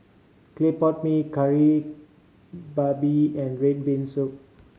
clay pot mee Kari Babi and red bean soup